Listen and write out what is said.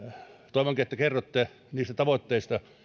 toivonkin että kerrotte niistä tavoitteista